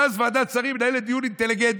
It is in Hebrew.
ואז ועדת השרים מנהלת דיון אינטליגנטי.